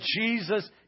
Jesus